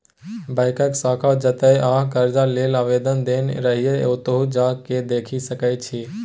बैकक शाखा जतय अहाँ करजा लेल आवेदन देने रहिये ओतहु जा केँ देखि सकै छी